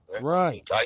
Right